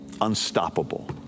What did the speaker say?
unstoppable